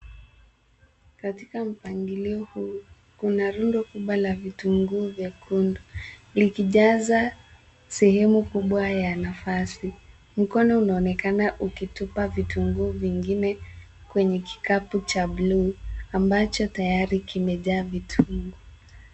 Katika mpangilio huu kuna rundo kubwa la vitunguu vyekundu vikijaza sehemu kubwa ya nafasi. Mkono unaonekana ukitupa vitunguu vingine kwenye kikapu cha blue ambacho tayari kimejaa vitunguu.